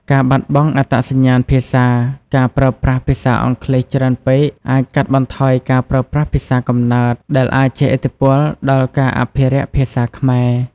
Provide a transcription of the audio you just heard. ការបាត់បង់អត្តសញ្ញាណភាសា ការប្រើប្រាស់ភាសាអង់គ្លេសច្រើនពេកអាចកាត់បន្ថយការប្រើប្រាស់ភាសាកំណើត ដែលអាចជះឥទ្ធិពលដល់ការអភិរក្សភាសាខ្មែរ។